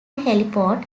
heliport